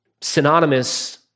synonymous